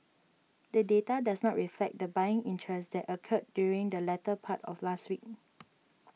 the data does not reflect the buying interest that occurred during the latter part of last week